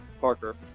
Parker